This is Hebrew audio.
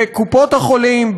וקופות-החולים,